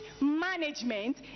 management